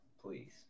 Please